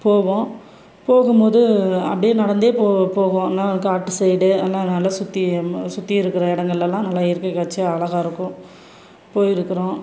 போவோம் போகும் போது அப்படியே நடந்து போவாங்க காட்டு சைடு ஆனால் நல்லா சுற்றி சுற்றி இருக்கிற இடங்களெல்லாம் நல்ல இயற்கை காட்சியாக அழகா இருக்கும் போயிருக்கிறோம்